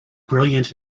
brilliant